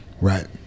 Right